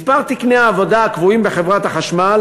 מספר תקני העבודה הקבועים בחברת החשמל